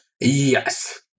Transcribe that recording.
yes